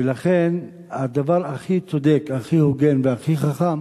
ולכן הדבר הכי צודק, הכי הוגן והכי חכם,